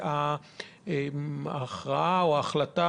וההחלטה